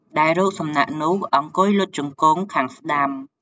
ដែលរូបសំណាក់នោះអង្គុយលុតជង្គង់ខាងស្តាំ។